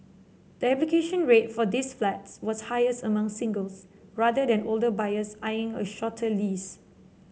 the application rate for these flats was highest among singles rather than older buyers eyeing a shorter lease